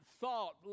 thought